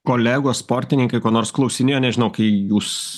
kolegos sportininkai ko nors klausinėjo nežinau kai jūs